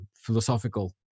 philosophical